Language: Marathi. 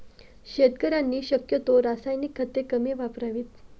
शेतकऱ्यांनी शक्यतो रासायनिक खते कमी वापरावीत